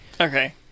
okay